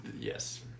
Yes